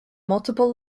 multiple